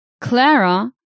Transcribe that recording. Clara